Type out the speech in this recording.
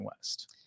West